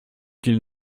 qu’il